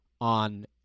on